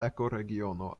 ekoregiono